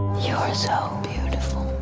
you're so beautiful.